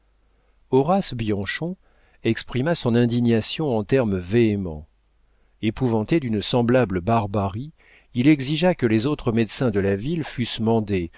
horace bianchon exprima son indignation en termes véhéments épouvanté d'une semblable barbarie il exigea que les autres médecins de la ville fussent mandés